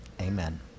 Amen